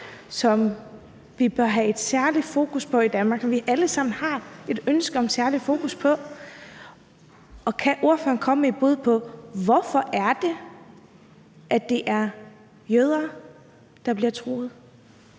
som vi bør have et særligt fokus på i Danmark, og som vi alle sammen ønsker have et særligt fokus på? Og kan ordføreren komme med et bud på, hvorfor det er jøder, der bliver truet?